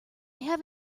have